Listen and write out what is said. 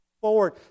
forward